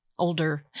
older